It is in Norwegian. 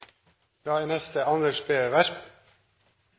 da: Er